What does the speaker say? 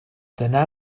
dyna